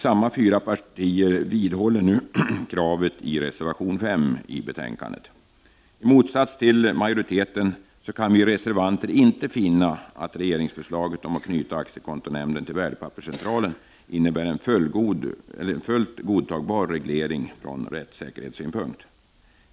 Samma fyra partier vidhåller kravet i reservation nr 5 i betänkandet. I motsats till majoriteten kan vireservanter inte finna att regeringsförslaget om att knyta aktiekontonämnden till Värdepapperscentralen ”innebär en fullt godtagbar reglering från rättssäkerhetssynpunkt”.